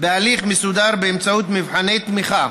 בהליך מסודר באמצעות מבחני תמיכה